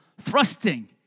thrusting